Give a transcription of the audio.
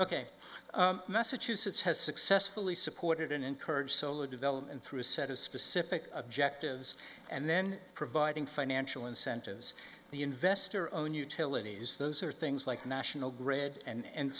ok massachusetts has successfully supported and encourage solar development through a set of specific objectives and then providing financial incentives the investor owned utilities those are things like national grid and